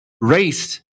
race